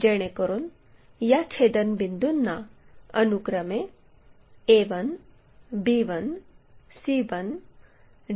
जेणेकरून या छेदनबिंदूंना अनुक्रमे a1 b1 c1 d1 असे म्हणू